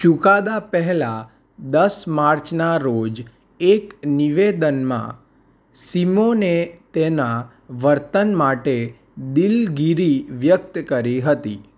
ચુકાદા પહેલાં દસ માર્ચના રોજ એક નિવેદનમાં સિમોને તેનાં વર્તન માટે દિલગીરી વ્યક્ત કરી હતી